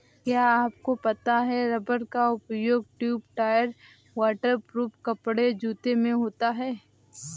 क्या आपको पता है रबर का उपयोग ट्यूब, टायर, वाटर प्रूफ कपड़े, जूते में होता है?